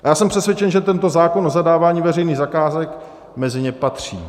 Já jsem přesvědčen, že tento zákon o zadávání veřejných zakázek mezi ně patří.